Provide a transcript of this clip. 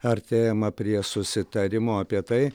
artėjama prie susitarimo apie tai